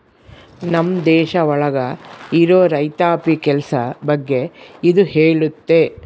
ನಮ್ ದೇಶ ಒಳಗ ಇರೋ ರೈತಾಪಿ ಕೆಲ್ಸ ಬಗ್ಗೆ ಇದು ಹೇಳುತ್ತೆ